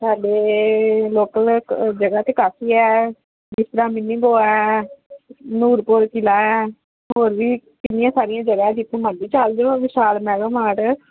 ਸਾਡੇ ਲੋਕਲ ਇੱਕ ਜਗ੍ਹਾ ਤਾਂ ਕਾਫੀ ਹੈ ਜਿਸ ਤਰ੍ਹਾਂ ਮਿਨੀ ਗੋਆ ਹੈ ਨੂਰਪੁਰ ਕਿਲ੍ਹਾ ਹੈ ਹੋਰ ਵੀ ਕਿੰਨੀਆਂ ਸਾਰੀਆਂ ਜਗ੍ਹਾ ਹੈ ਜਿੱਥੇ ਮਰਜ਼ੀ ਚਲ ਜਾਓ ਵਿਸ਼ਾਲ ਮੈਗਾ ਮਾਰਟ